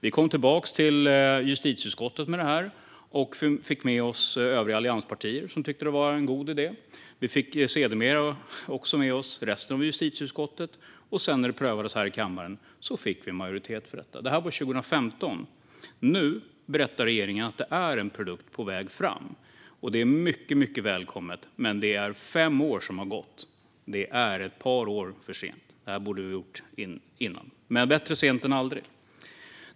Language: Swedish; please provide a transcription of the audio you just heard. Vi kom tillbaka till justitieutskottet i frågan och fick med oss övriga allianspartier, som tyckte att vi hade en god idé. Vi fick sedermera också med oss resten av justitieutskottet, och sedan när frågan prövades i kammaren fick vi majoritet för den. Detta hände 2015. Nu berättar regeringen att det är en produkt på väg fram, och det är mycket välkommet. Men fem år har gått, och det är ett par år för sent. Det här borde vi ha gjort tidigare. Men bättre sent än aldrig!